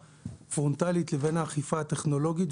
הפרונטאלי בשילוב כלי האכיפה הטכנולוגי.